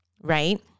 Right